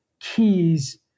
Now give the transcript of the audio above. keys